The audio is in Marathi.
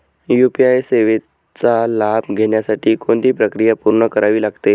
यू.पी.आय सेवेचा लाभ घेण्यासाठी कोणती प्रक्रिया पूर्ण करावी लागते?